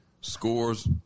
Scores